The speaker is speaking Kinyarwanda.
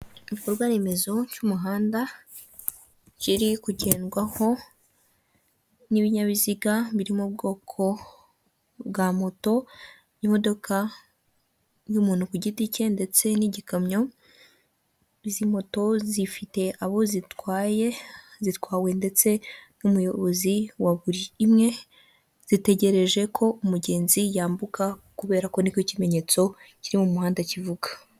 Igikorwaremezo cy'umuhanda kiri kugendwaho n'ibinyabiziga biri mu bwoko bwa moto n'imodoka y'umuntu ku giti cye ndetse n'igikamyo, izi moto zifite abo zitwaye, zitwawe ndetse n'umuyobozi wa buri imwe zitegereje ko umugenzi yambuka kubera ko ni ko ikimenyetso kiri mu muhanda kivuga.